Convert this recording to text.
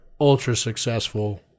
ultra-successful